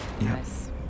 yes